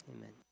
Amen